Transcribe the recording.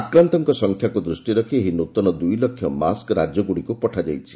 ଆକ୍ରାନ୍ତଙ୍କ ସଂଖ୍ୟାକୁ ଦୃଷ୍ଟିରେ ରଖି ଏହି ନୂତନ ଦୁଇ ଲକ୍ଷ ମାସ୍କ ରାଜ୍ୟଗୁଡ଼ିକୁ ପଠାଯାଇଛି